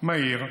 מהיר,